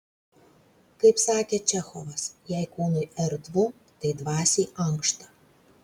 kaip sakė čechovas jei kūnui erdvu tai dvasiai ankšta